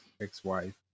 ex-wife